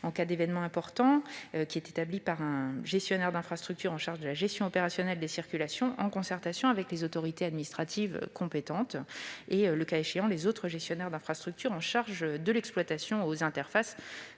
en cas d'événement important, est établi par le gestionnaire d'infrastructure chargé de la gestion opérationnelle des circulations, en concertation avec les autorités administratives compétentes et, le cas échéant, les autres gestionnaires d'infrastructures chargés de l'exploitation aux interfaces,